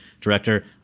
director